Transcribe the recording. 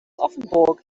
offenburg